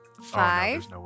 five